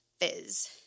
Fizz